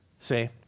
See